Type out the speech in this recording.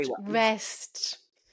rest